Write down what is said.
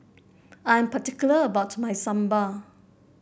I am particular about my sambal